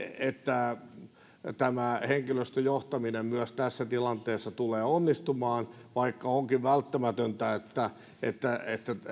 että henkilöstöjohtaminen myös tässä tilanteessa tulee onnistumaan vaikka onkin välttämätöntä että